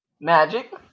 Magic